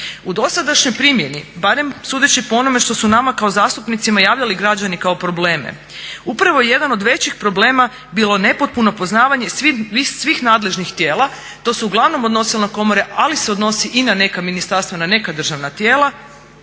U dosadašnjoj primjeni barem sudeći po onome što su nama kao zastupnicima javljali građani kao probleme, upravo je jedan od većih problema bilo nepotpuno poznavanje svih nadležnih tijela, to su uglavnom odnosilo na komore ali se odnosi i na neka ministarstva na neka državna tijela,